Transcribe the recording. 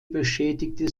beschädigte